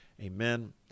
Amen